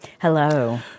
Hello